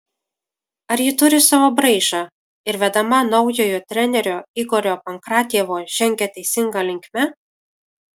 ar ji turi savo braižą ir vedama naujojo trenerio igorio pankratjevo žengia teisinga linkme